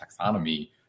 taxonomy